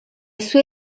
sue